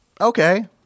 Okay